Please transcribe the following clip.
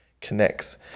connects